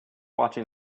watching